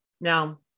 Now